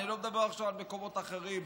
אני לא מדבר עכשיו על מקומות אחרים,